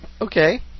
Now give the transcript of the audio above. Okay